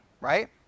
right